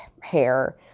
hair